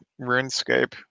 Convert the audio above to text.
RuneScape